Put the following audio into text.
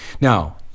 Now